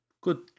Good